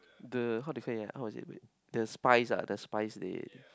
the how to say ah how to say wait the spice ah the spice they